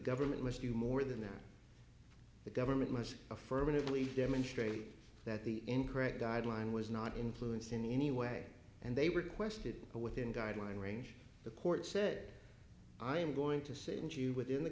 government must do more than that the government must affirmatively demonstrate that the incorrect guideline was not influenced in any way and they requested a within guideline range the court said i am going to say that you within the